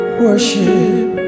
worship